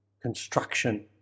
construction